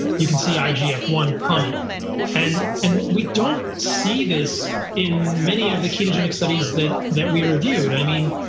you can see i g f one plummet and and we don't see this in many of the ketogenic studies that that we reviewed. i mean